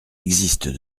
existe